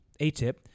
ATIP